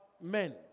men